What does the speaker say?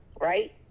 right